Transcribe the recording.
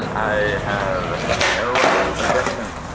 i have no objection.